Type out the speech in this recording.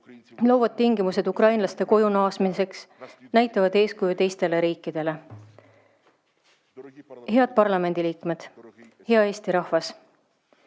loovad tingimused ukrainlaste koju naasmiseks, näitavad eeskuju teistele riikidele. Head parlamendi liikmed! Hea Eesti rahvas!